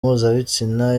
mpuzabitsina